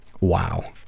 Wow